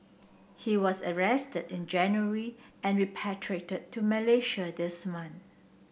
he was arrested in January and repatriated to Malaysia this month